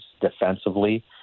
defensively